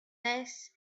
this